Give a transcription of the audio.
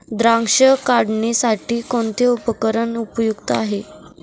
द्राक्ष काढणीसाठी कोणते उपकरण उपयुक्त आहे?